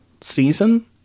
season